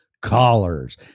callers